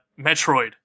Metroid